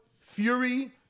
Fury